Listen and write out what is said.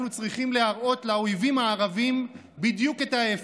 אנחנו צריכים להראות לאויבים הערבים בדיוק את ההפך,